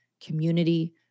community